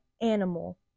animal